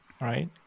right